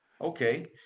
Okay